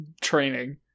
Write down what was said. training